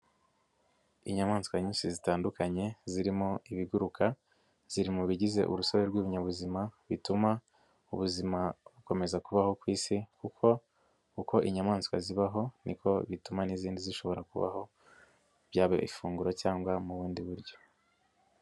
Inyamaswa nyinshi zitandukanye zirimo ibiguruka, ziri mu bigize urusobe rw'ibinyabuzima, bituma ubuzima bukomeza kubaho ku isi kuko uko inyamaswa zibaho niko bituma n'izindi zishobora kubaho, byaba ifunguro cyangwa mu bundi buryo.